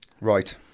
Right